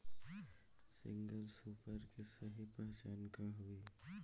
Single super के सही पहचान का हई?